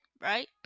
right